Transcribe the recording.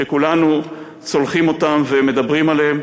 שכולנו צולחים אותם ומדברים עליהם,